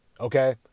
okay